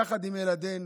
יחד עם ילדינו,